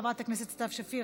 חברת הכנסת סתיו שפיר,